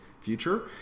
future